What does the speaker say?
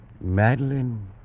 Madeline